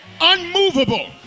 unmovable